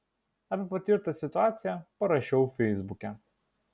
apie patirtą situaciją parašiau feisbuke